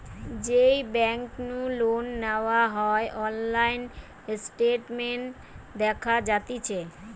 যেই বেংক নু লোন নেওয়া হয়অনলাইন স্টেটমেন্ট দেখা যাতিছে